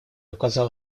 указал